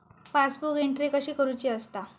Passbook entry कशी करुची असता?